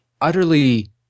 utterly